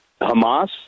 Hamas